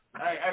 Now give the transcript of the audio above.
Hey